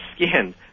skin